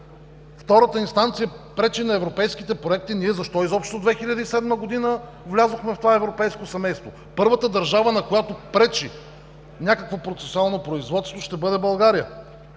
втората инстанция пречи на европейските проекти, ние защо изобщо 2007 г. влязохме в това европейско семейство? Първата държава, на която пречи някакво процесуално производство, ще бъде България.